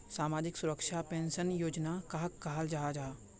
सामाजिक सुरक्षा पेंशन योजना कहाक कहाल जाहा जाहा?